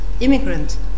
immigrant